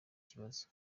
kibazo